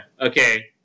Okay